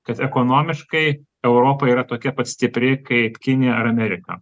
kad ekonomiškai europa yra tokia pat stipri kaip kinija ar amerika